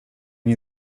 nie